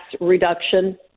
reduction